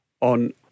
on